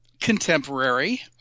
Contemporary